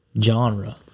genre